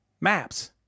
Maps